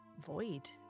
void